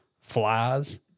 flies